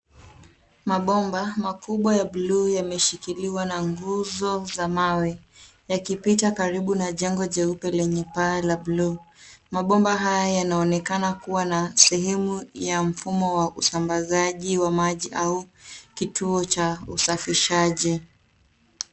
Mabomba makubwa ya bluu yameshikiliwa na nguzo za mawe yakipita karibu na jengo jeupe lenye paa la bluu. Mabomba haya yanaonekana kuwa na sehemu ya mfumo wa usambazaji wa maji au kituo cha usafishaji.